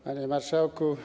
Panie Marszałku!